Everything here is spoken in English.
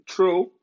True